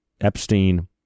Epstein